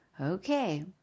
Okay